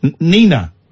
Nina